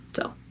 so